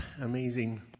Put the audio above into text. amazing